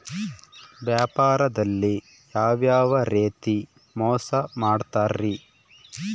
ವ್ಯಾಪಾರದಲ್ಲಿ ಯಾವ್ಯಾವ ರೇತಿ ಮೋಸ ಮಾಡ್ತಾರ್ರಿ?